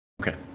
Okay